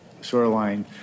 Shoreline